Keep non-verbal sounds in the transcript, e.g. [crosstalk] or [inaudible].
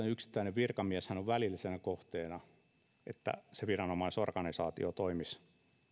[unintelligible] yksittäinen virkamies hän on välillisenä kohteena että se viranomaisorganisaatio toimisi